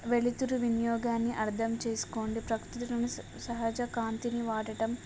వెలుతురు వినియోగాన్ని అర్థం చేసుకోండి ప్రకృతులను సహజ కాంతిని వాడటం